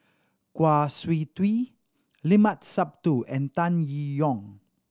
Kwa Siew Tee Limat Sabtu and Tan Yee Yong